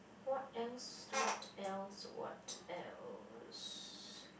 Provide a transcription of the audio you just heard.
what else what else what else